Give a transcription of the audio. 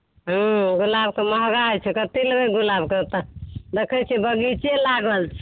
हँ गुलाबके महँगा होइत छै कतेक लेब गुलाबके तऽ देखैत छी बगीचे लागल छै